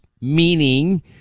meaning